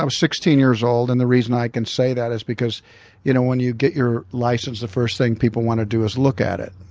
um sixteen years old and the reason i can say that is because you know when you get your license, the first thing people want to do is look at it,